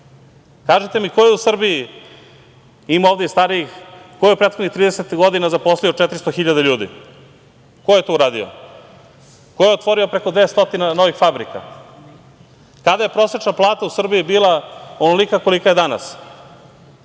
mi ko je u Srbiji, ima ovde i starijih, ko je u prethodnih 30 godina zaposlio 400 hiljada ljudi? Ko je to uradio? Ko je otvorio preko 200 novih fabrika? Kada je prosečna plata u Srbiji bila onolika kolika je danas?